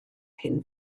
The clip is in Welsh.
hyn